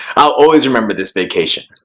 i'll always remember this vacation.